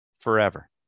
forever